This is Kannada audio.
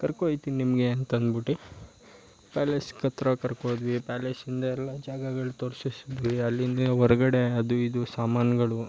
ಕರ್ಕೊ ಹೋಗ್ತೀನಿ ನಿಮಗೆ ಅಂತಂದ್ಬಿಟ್ಟು ಪ್ಯಾಲೇಸ್ ಹತ್ರ ಕರ್ಕೋ ಹೋದ್ವಿ ಪ್ಯಾಲೇಸಿಂದ ಎಲ್ಲ ಜಾಗಗಳು ತೋರಿಸಿಸಿದ್ವಿ ಅಲ್ಲಿಂದ ಹೊರ್ಗಡೆ ಅದು ಇದು ಸಾಮಾನುಗಳು